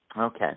Okay